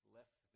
Left